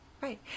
right